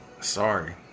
sorry